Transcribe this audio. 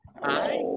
Hi